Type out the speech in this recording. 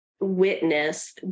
witness